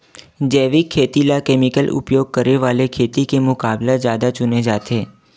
जैविक खेती ला केमिकल उपयोग करे वाले खेती के मुकाबला ज्यादा चुने जाते